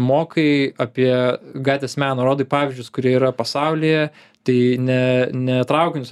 mokai apie gatvės meną rodai pavyzdžius kurie yra pasaulyje tai ne ne traukinius